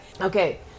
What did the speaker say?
okay